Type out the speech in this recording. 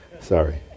Sorry